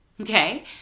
Okay